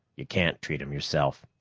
you can't treat em yourself.